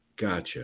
Gotcha